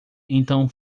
então